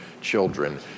children